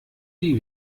die